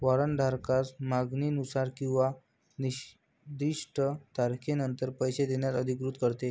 warrant धारकास मागणीनुसार किंवा निर्दिष्ट तारखेनंतर पैसे देण्यास अधिकृत करते